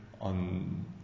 on